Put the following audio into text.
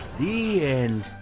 the end.